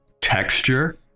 texture